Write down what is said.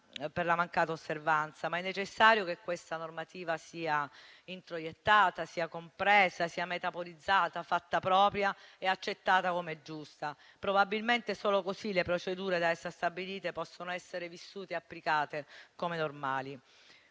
ma è necessario che sia introiettata, compresa, metabolizzata, fatta propria e accettata come giusta. Probabilmente, solo così le procedure da essa stabilite possono essere vissute ed applicate come normali.